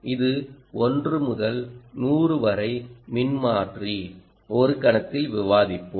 இது ஒரு 1 முதல் 100 வரை மின்மாற்றி ஒரு கணத்தில் விவாதிப்போம்